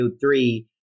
three